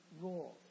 role